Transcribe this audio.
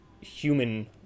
human